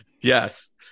Yes